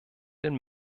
den